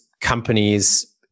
companies